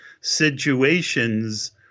situations